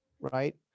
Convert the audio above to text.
Right